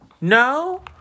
No